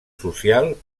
social